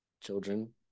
children